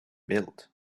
built